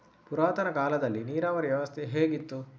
ಪುರಾತನ ಕಾಲದಲ್ಲಿ ನೀರಾವರಿ ವ್ಯವಸ್ಥೆ ಹೇಗಿತ್ತು?